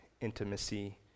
intimacy